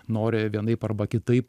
nori vienaip arba kitaip